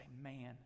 man